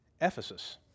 Ephesus